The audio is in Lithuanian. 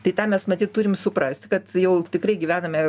tai tą mes matyt turim suprast kad jau tikrai gyvename